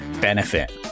benefit